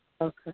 Okay